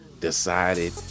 decided